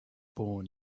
born